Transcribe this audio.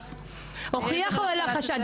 הוכיח או העלה חשד?